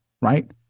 right